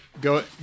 Go